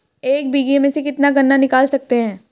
एक बीघे में से कितना गन्ना निकाल सकते हैं?